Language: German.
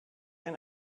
ein